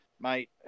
mate